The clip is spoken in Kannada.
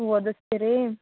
ಓದಿಸ್ತಿರ್ ರೀ